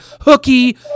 hooky